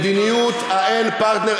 מדיניות האין-פרטנר,